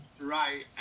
Right